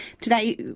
today